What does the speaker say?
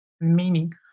meaning